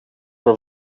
for